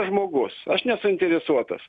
žmogus aš nesuinteresuotas